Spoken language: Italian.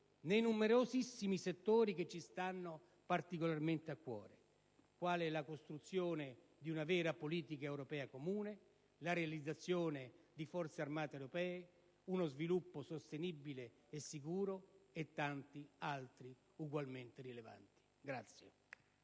nei numerosissimi settori che ci stanno particolarmente a cuore, quali la costruzione di una vera politica estera comune, la realizzazione di Forze armate europee, uno sviluppo sostenibile e sicuro, e tanti altri ugualmente rilevanti.